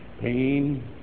pain